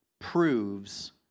proves